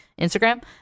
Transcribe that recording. instagram